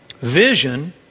Vision